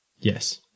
Yes